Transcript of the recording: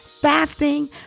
fasting